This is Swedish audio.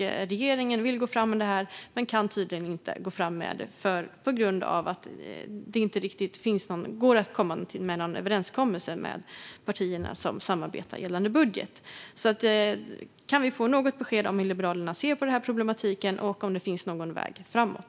Regeringen vill gå fram med det här men kan tydligen inte göra det på grund av det inte går att nå en överenskommelse mellan partierna som samarbetar gällande budget. Kan vi alltså få något besked om hur Liberalerna ser på den här problematiken och om det finns någon väg framåt?